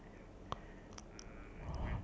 some people are trained for that ya